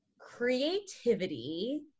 creativity